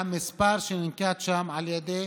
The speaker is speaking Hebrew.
והמספר שננקט שם על ידי